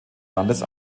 landes